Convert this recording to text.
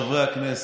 חברי הכנסת,